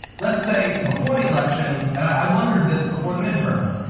let's say before the election, and i wondered this before the mid-terms.